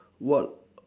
what